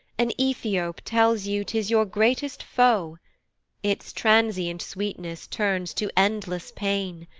an ethiop tells you tis your greatest foe its transient sweetness turns to endless pain,